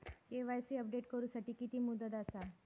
KYC update करू साठी किती मुदत आसा?